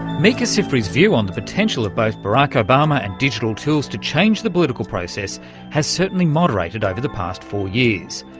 micah sifry's view on the potential of both barack obama and digital tools to change the political process has certainly moderated over the past four years.